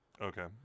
Okay